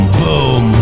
boom